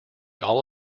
all